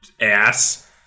ass